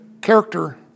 character